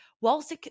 whilst